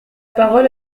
parole